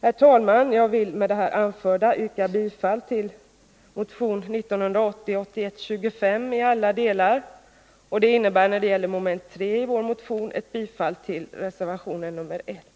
Herr talman! Jag vill med det anförda yrka bifall till motion 1980/81:25 i alla delar, och det innebär när det gäller mom. 3 i vår motion bifall till reservation 1.